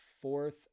fourth